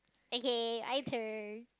okay I turn